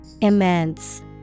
Immense